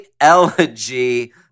Elegy